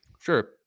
Sure